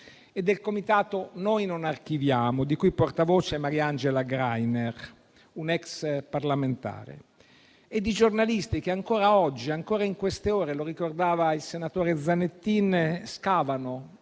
e del comitato "Noi non archiviamo", di cui portavoce è Mariangela Grainer, una ex parlamentare. Altri giornalisti, ancora oggi, ancora in queste ore - come ricordava il senatore Zanettin - scavano,